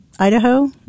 Idaho